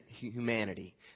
humanity